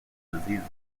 diseases